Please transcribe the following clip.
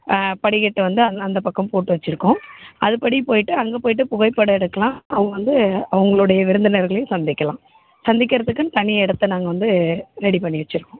படிக்கட்டை வந்து அந்த அந்த பக்கம் போட்டு வச்சுருக்கோம் அதுப்படி போய்விட்டு அங்கே போய்விட்டு புகைப்படம் எடுக்கலாம் அவங்க வந்து அவங்களுடைய விருந்தினர்களையும் சந்திக்கலாம் சந்திக்கறத்துக்குன்னு தனி இடத்தை நாங்கள் வந்து ரெடி பண்ணி வச்சுருக்கோம்